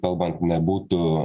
kalban nebūtų